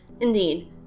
Indeed